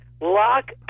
lock